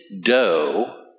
dough